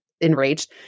enraged